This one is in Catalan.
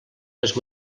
les